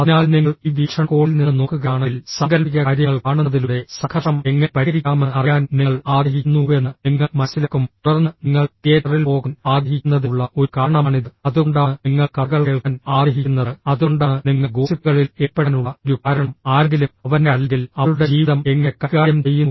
അതിനാൽ നിങ്ങൾ ഈ വീക്ഷണകോണിൽ നിന്ന് നോക്കുകയാണെങ്കിൽ സാങ്കൽപ്പിക കാര്യങ്ങൾ കാണുന്നതിലൂടെ സംഘർഷം എങ്ങനെ പരിഹരിക്കാമെന്ന് അറിയാൻ നിങ്ങൾ ആഗ്രഹിക്കുന്നുവെന്ന് നിങ്ങൾ മനസ്സിലാക്കും തുടർന്ന് നിങ്ങൾ തിയേറ്ററിൽ പോകാൻ ആഗ്രഹിക്കുന്നതിനുള്ള ഒരു കാരണമാണിത് അതുകൊണ്ടാണ് നിങ്ങൾ കഥകൾ കേൾക്കാൻ ആഗ്രഹിക്കുന്നത് അതുകൊണ്ടാണ് നിങ്ങൾ ഗോസിപ്പുകളിൽ ഏർപ്പെടാനുള്ള ഒരു കാരണം ആരെങ്കിലും അവന്റെ അല്ലെങ്കിൽ അവളുടെ ജീവിതം എങ്ങനെ കൈകാര്യം ചെയ്യുന്നു